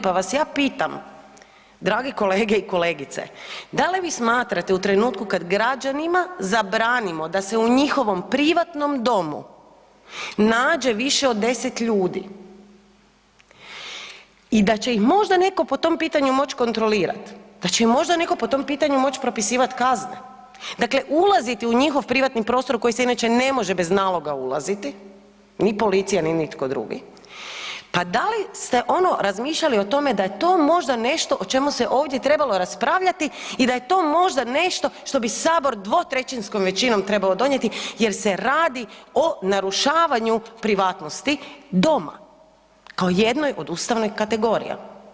Pa vas ja pitam drage kolege i kolegice, da li vi smatrate u trenutku kada građanima zabranimo da se u njihovom privatnom domu nađe više od 10 ljudi i da će ih možda neko po tom pitanju moć kontrolirat, da će ih možda neko po tom pitanju moć propisivat kazne dakle ulaziti u njihov privatni prostor u koji se inače ne može bez naloga ulaziti, ni policija, ni nitko drugi, pa da li ste ono razmišljali o tome da je to možda nešto o čemu se ovdje trebalo raspravljati i da je to možda nešto što bi Sabor trebao dvotrećinskom donijeti jer se radi o narušavanju privatnosti doma kao jednoj od ustavnih kategorija.